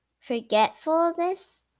Forgetfulness